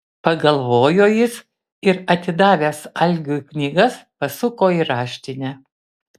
pagalvojo jis ir atidavęs algiui knygas pasuko į raštinę